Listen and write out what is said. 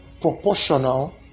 proportional